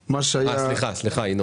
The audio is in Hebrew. מה שאמרתי מקודם, כי זה משליך גם להבא.